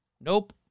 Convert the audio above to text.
Nope